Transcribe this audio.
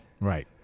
Right